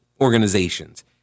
organizations